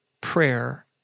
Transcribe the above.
prayer